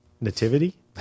nativity